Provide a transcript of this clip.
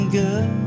good